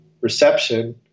reception